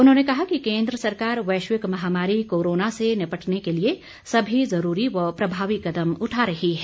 उन्होंने कहा कि केन्द्र सरकार वैश्विक महामारी कोरोना से निपटने के लिए सभी ज़रूरी व प्रभावी कदम उठा रही है